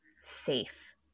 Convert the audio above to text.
safe